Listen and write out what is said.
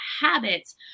habits